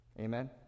Amen